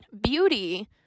beauty